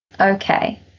Okay